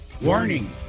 warning